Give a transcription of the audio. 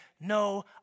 no